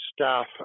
staff